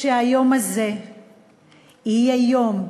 שהיום הזה יהיה יום,